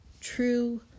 true